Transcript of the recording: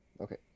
Okay